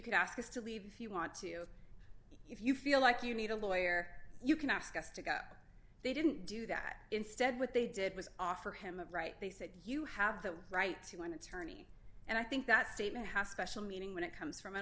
can ask us to leave you want to if you feel like you need a lawyer you can ask us to go up they didn't do that instead what they did was offer him a right they said you have the right to an attorney and i think that statement has special meaning when it comes from an